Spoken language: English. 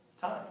time